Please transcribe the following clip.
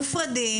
מופרדים.